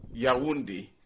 Yawundi